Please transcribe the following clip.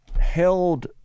held